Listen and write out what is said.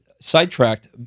sidetracked